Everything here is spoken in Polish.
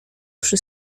przy